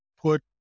put